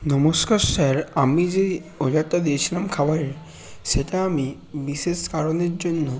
নমস্কার স্যার আমি যেই অর্ডারটা দিয়েছিলাম খাবারের সেটা আমি বিশেষ কারণের জন্য